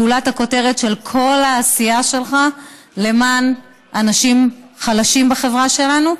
גולת הכותרת של כל העשייה שלך למען אנשים חלשים בחברה שלנו,